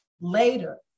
later